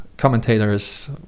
commentators